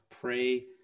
pray